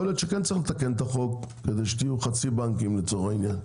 יכול להיות שכן צריך לתקן את החוק כדי שתהיו חצי בנקים לצורך העניין,